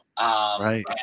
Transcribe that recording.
right